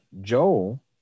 Joel